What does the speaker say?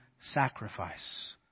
sacrifice